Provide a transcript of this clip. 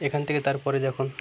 এখান থেকে তারপরে যখন